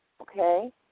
okay